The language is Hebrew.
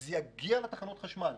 וזה יגיע גם לתחנות החשמל.